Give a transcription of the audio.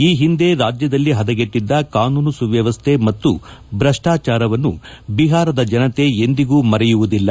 ಈ ಹಿಂದೆ ರಾಜ್ಯದಲ್ಲಿ ಹದಗೆಟ್ಟದ್ದ ಕಾನೂನು ಸುವ್ಲವಸ್ಥೆ ಮತ್ತು ಭ್ರಷ್ಲಾಚಾರವನ್ನು ಬಿಹಾರದ ಜನತೆ ಎಂದಿಗೂ ಮರೆಯುವುದಿಲ್ಲ